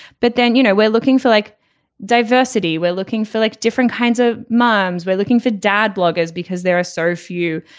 but then you know we're looking for like diversity we're looking for like different kinds of moms we're looking for dad bloggers because there are so few.